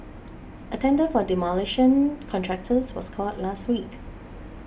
a tender for demolition contractors was called last week